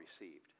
received